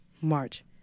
March